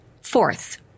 Fourth